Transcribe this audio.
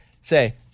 Say